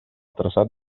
traçat